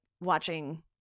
watching